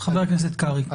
חבר הכנסת קרעי, בבקשה.